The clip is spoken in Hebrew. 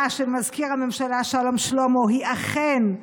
של מזכיר הממשלה שלום שלמה היא אכן,